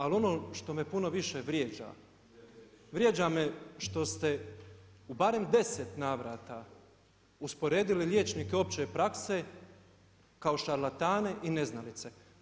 Ali, ono što me puno više vrijeđa, vrijeđa me što ste u barem 10 navrata, usporedili liječnike opće prakse, kao šarlatane i neznance.